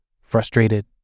frustrated